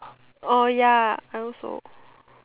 oh ya I also